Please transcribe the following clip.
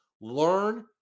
learn